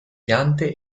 piante